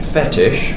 fetish